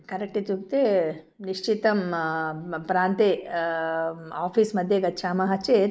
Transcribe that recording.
करेट् इत्युक्ते निश्चितं मम प्रान्ते आफ़ीस् मध्ये गच्छामः चेत्